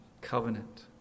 covenant